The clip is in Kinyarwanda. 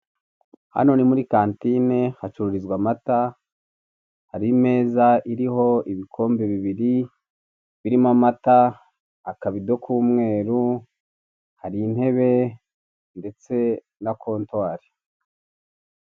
Hano ni muri kantine, hacururizwa amata, hari imeza iriho ibikombe bibiri, birimo amata, akabido k'umweru, hari intebe ndetse na kontwari.